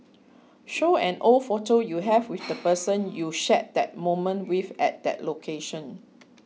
show an old photo you have with the person you shared that moment with at that location